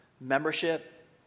Membership